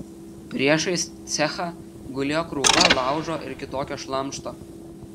priešais cechą gulėjo krūva laužo ir kitokio šlamšto